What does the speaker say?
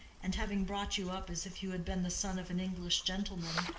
and having brought you up as if you had been the son of an english gentleman.